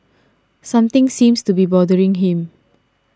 something seems to be bothering him